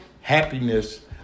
Happiness